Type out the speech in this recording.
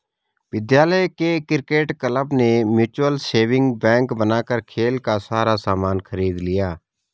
विद्यालय के cricket club ने म्यूचल सेविंग बैंक बनाकर खेल का सारा सामान खरीद लिया